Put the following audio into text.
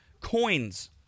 coins